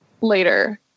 later